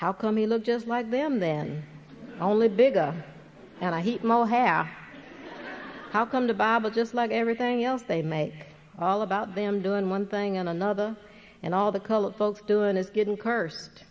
how come he look just like them then only bigger and i hate mohammed how come the bible just like everything else they make all about them doing one thing on another and all the colored folks doing is getting cursed